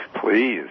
Please